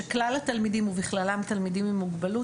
שכלל התלמידים ובכללם תלמידים עם מוגבלות,